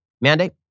mandate